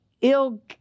ill